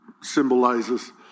symbolizes